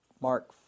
Mark